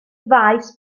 faes